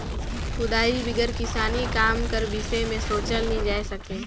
कुदारी बिगर किसानी काम कर बिसे मे सोचल नी जाए सके